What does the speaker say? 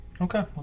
Okay